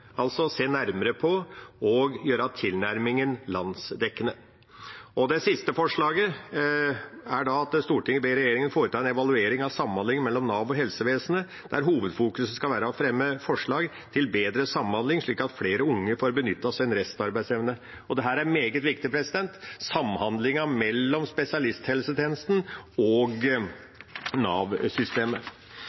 altså se nærmere på om man kan gjøre tilnærmingen landsdekkende. Det andre forslaget er at Stortinget ber regjeringen foreta en evaluering av samhandling mellom Nav og helsevesenet, der hovedfokuset skal være å fremme forslag til bedre samhandling, slik at flere unge får benyttet sin restarbeidsevne. Samhandlingen mellom spesialisthelsetjenesten og Nav-systemet er meget viktig. De ungdommene det her gjelder, er